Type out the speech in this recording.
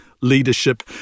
leadership